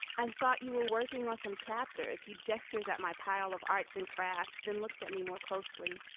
i thought you were working on some chapters he gestures at my pile of arts and crafts. then looks at me more closely.